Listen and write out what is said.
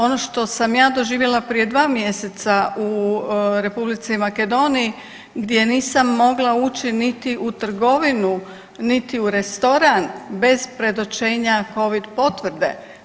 Ono što sam ja doživjela prije 2 mjeseca u Republici Makedoniji gdje nisam mogla ući niti u trgovinu, niti u restoran bez predočenja covid potvrde.